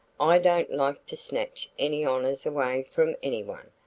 i don't like to snatch any honors away from anyone,